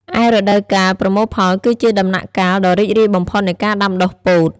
ឯរដូវកាលប្រមូលផលគឺជាដំណាក់កាលដ៏រីករាយបំផុតនៃការដាំដុះពោត។